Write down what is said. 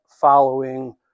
following